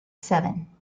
seven